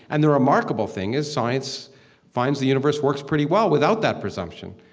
and the remarkable thing is science finds the universe works pretty well without that presumption.